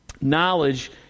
Knowledge